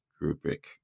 rubric